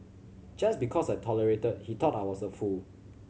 just because I tolerated he thought I was a fool